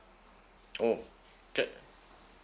orh can